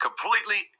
Completely